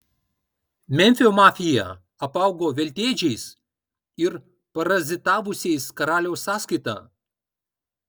memfio mafija apaugo veltėdžiais ir parazitavusiais karaliaus sąskaita